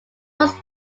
was